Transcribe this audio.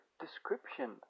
description